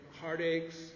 heartaches